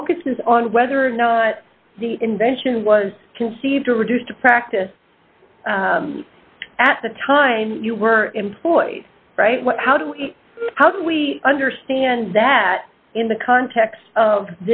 focuses on whether or not the invention was conceived or reduced to practice at the time you were employed right how do we how do we understand that in the context of